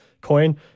coin